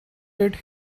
did